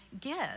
give